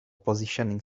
positioning